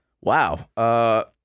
Wow